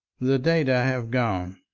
the data have gone,